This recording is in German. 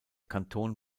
kanton